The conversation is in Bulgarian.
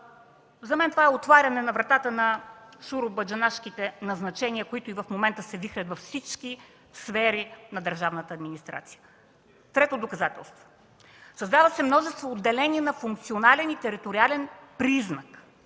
За мен това е отваряне на вратата за шуробаджанашките назначения, които и в момента се вихрят във всички сфери на държавната администрация. Трето доказателство – създават се множество отделения на функционален и териториален признак.